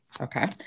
Okay